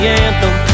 anthem